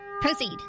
proceed